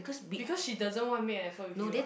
because she doesn't want make an effort with you [what]